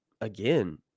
again